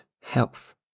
health